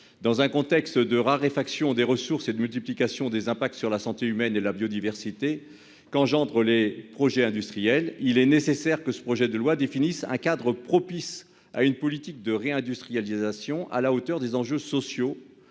Dans un contexte de raréfaction des ressources et d'accentuation des répercussions sur la santé humaine et sur la biodiversité qu'emportent les projets industriels, il est nécessaire que ce projet de loi définisse un cadre propice à une politique de réindustrialisation à la hauteur des enjeux sociaux,